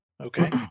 Okay